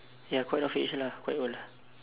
ya quite of age lah quite old